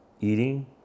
eating